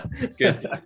Good